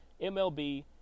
MLB